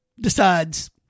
decides